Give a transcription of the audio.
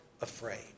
afraid